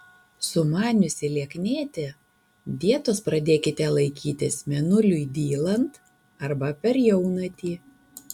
sumaniusi lieknėti dietos pradėkite laikytis mėnuliui dylant arba per jaunatį